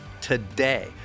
today